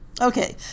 Okay